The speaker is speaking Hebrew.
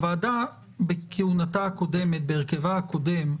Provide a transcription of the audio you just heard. הוועדה, בכהונתה הקודמת, בהרכבה הקודם,